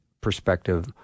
perspective